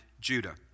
Judah